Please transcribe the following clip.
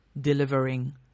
delivering